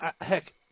heck